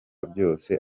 byose